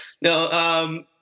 No